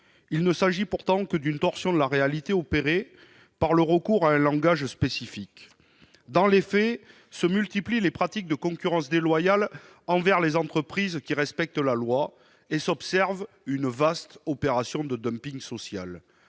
Il ne s'agit pourtant que d'une torsion de la réalité opérée par le recours à un langage spécifique. Dans les faits se multiplient les pratiques de concurrence déloyale envers les entreprises qui respectent la loi et une vaste opération de dumping social